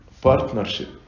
partnership